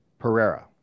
Pereira